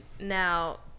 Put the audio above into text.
now